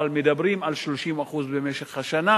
אבל מדברים על 30% במשך השנה.